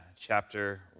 chapter